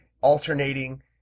alternating